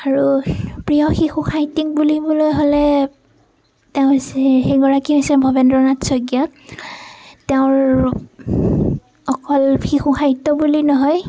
আৰু প্ৰিয় শিশু সাহিত্যিক বুলিবলৈ হ'লে তেওঁ হৈছে সেইগৰাকী হৈছে ভৱেন্দ্ৰ নাথ শইকীয়া তেওঁৰ অকল শিশু সাহিত্য বুলি নহয়